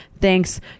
thanks